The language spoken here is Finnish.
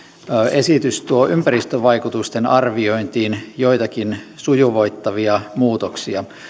esitys tuo ympäristövaikutusten arviointiin joitakin sujuvoittavia muutoksia